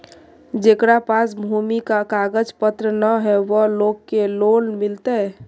जेकरा पास भूमि का कागज पत्र न है वो लोग के लोन मिलते?